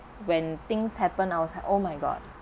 when things happen I was like oh my god